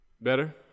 better